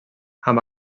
amb